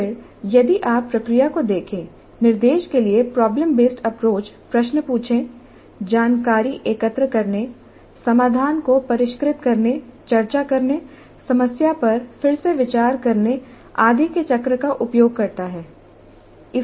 फिर यदि आप प्रक्रिया को देखें निर्देश के लिए प्रॉब्लम बेसड अप्रोच प्रश्न पूछने जानकारी एकत्र करने समाधान को परिष्कृत करने चर्चा करने समस्या पर फिर से विचार करने आदि के चक्र का उपयोग करता है